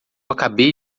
acabei